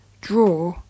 draw